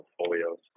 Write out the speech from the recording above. portfolios